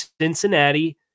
Cincinnati